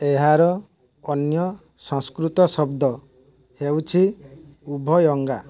ଏହାର ଅନ୍ୟ ସଂସ୍କୃତ ଶବ୍ଦ ହେଉଛି ଉଭୟଙ୍ଗା